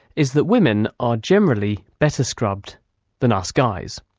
is that women are generally better scrubbed than us guys.